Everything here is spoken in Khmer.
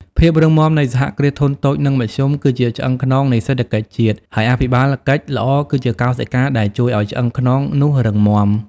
ភាពរឹងមាំនៃ សហគ្រាសធុនតូច និងមធ្យម គឺជាឆ្អឹងខ្នងនៃសេដ្ឋកិច្ចជាតិ ហើយអភិបាលកិច្ចល្អគឺជាកោសិកាដែលជួយឱ្យឆ្អឹងខ្នងនោះរឹងមាំ។